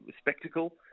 spectacle